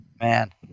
man